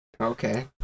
Okay